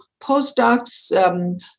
postdocs